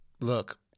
look